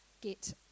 get